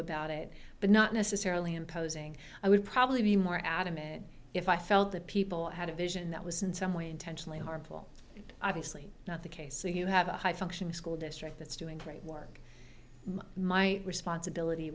about it but not necessarily imposing i would probably be more adamant if i felt that people had a vision that was in some way intentionally harmful and obviously not the case so you have a high functioning school district that's doing great work my responsibility